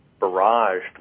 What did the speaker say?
barraged